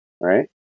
right